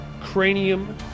cranium